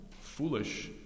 foolish